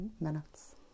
minutes